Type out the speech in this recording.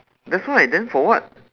that's why then for what